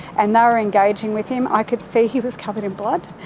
and they were engaging with him. i could see he was covered in blood.